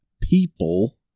people